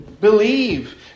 Believe